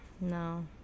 No